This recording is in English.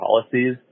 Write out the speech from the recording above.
policies